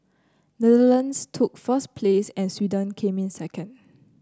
netherlands took first place and Sweden came in second